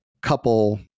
couple